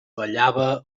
ballava